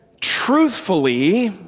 truthfully